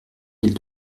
mille